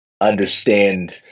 understand